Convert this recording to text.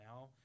now